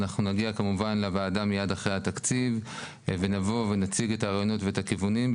אנחנו נגיע לוועדה מיד לאחר התקציב ונציג את הרעיונות ואת הכיוונים,